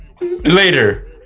Later